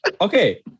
Okay